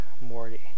Morty